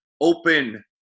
open